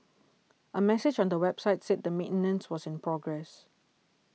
a message on the website said that maintenance was in progress